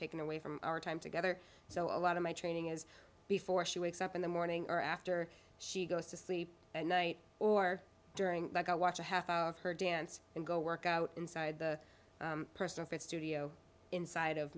taken away from our time together so a lot of my training is before she wakes up in the morning or after she goes to sleep at night or during that i watch a half hour of her dance and go workout inside the person for studio inside of